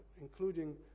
including